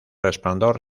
resplandor